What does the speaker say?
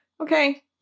Okay